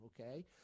okay